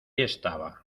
estaba